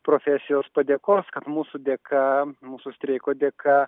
profesijos padėkos kad mūsų dėka mūsų streiko dėka